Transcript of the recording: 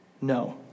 No